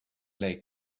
lake